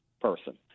person